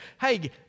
hey